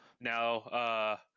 Now –